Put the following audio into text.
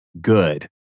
good